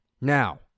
Now